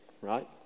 right